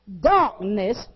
Darkness